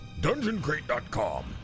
DungeonCrate.com